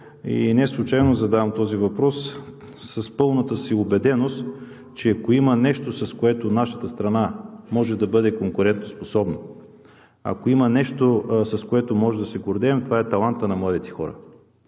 Неслучайно задавам този въпрос с пълната си убеденост, че ако има нещо, с което нашата страна може да бъде конкурентоспособна, ако има нещо, с което може да се гордеем, това е талантът на младите хора